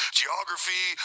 geography